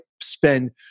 spend